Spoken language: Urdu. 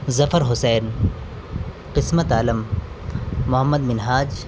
ظفر حسین قسمت عالم محمد منہاج